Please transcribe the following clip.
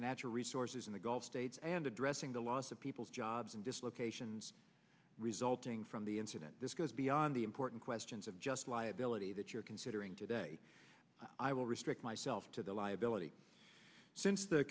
natural resources in the gulf states and addressing the loss of people's jobs and dislocations resulting from the incident this goes beyond the important questions of just liability that you're considering today i will restrict myself to the liability since the